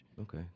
okay